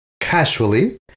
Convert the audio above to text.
casually